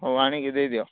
ହଉ ଆଣିକି ଦେଇ ଦିଅ